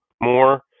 more